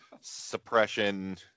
suppression